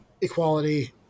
equality